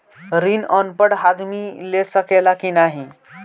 ऋण अनपढ़ आदमी ले सके ला की नाहीं?